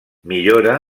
millora